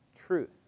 truth